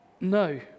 No